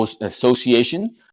association